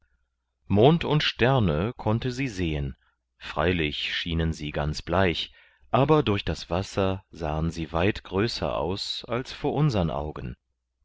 mond und sterne konnte sie sehen freilich schienen sie ganz bleich aber durch das wasser sahen sie weit größer aus als vor unsern augen